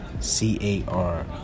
C-A-R